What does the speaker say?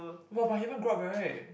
!wah! but he haven't grow up right